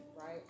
right